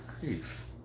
grief